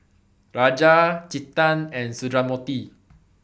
Raja Chetan and Sundramoorthy